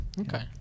Okay